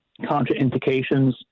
contraindications